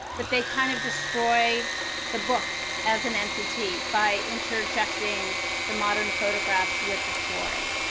but they kind of destroy the book as an entity by interjecting the modern photographs with the story.